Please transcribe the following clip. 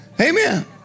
Amen